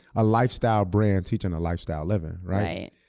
a lifestyle brand teaching a lifestyle living, right?